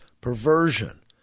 perversion